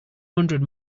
hundred